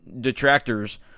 detractors